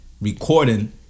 recording